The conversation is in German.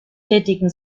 tätigen